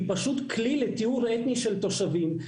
היא פשוט כלי לטיהור אתני של תושבים,